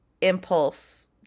impulse